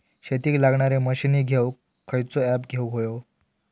शेतीक लागणारे मशीनी घेवक खयचो ऍप घेवक होयो?